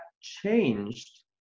changed